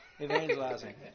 Evangelizing